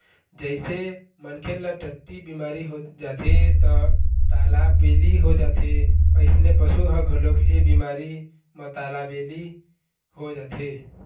जइसे मनखे ल टट्टी बिमारी हो जाथे त तालाबेली हो जाथे अइसने पशु ह घलोक ए बिमारी म तालाबेली हो जाथे